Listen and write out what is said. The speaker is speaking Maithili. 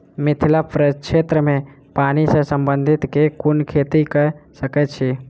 मिथिला प्रक्षेत्र मे पानि सऽ संबंधित केँ कुन खेती कऽ सकै छी?